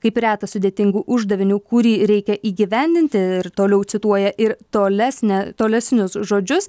kaip reta sudėtingu uždaviniu kurį reikia įgyvendinti ir toliau cituoja ir tolesnę tolesnius žodžius